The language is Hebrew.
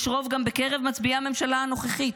יש רוב גם בקרב מצביעי הממשלה הנוכחית.